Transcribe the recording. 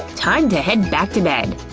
time to head back to bed!